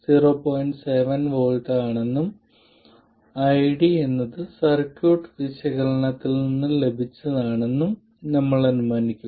7 V ആണെന്നും ID എന്നത് circuit വിശകലനത്തിൽ നിന്ന് ലഭിച്ചതായും ഞങ്ങൾ അനുമാനിക്കും